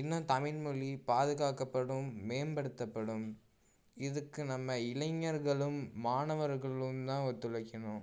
இன்னும் தமிழ் மொழி பாதுகாக்கபடும் மேம்படுத்தப்படும் இதுக்கு நம்ம இளைஞர்களும் மாணவர்களும் தான் ஒத்துழைக்கணும்